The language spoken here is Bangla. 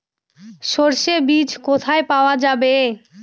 সর্ষে বিজ কোথায় পাওয়া যাবে?